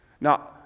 Now